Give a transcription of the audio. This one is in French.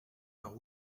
par